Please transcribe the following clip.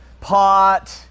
pot